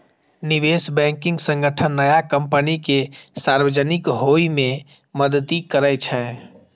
निवेश बैंकिंग संगठन नया कंपनी कें सार्वजनिक होइ मे मदति करै छै